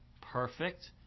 perfect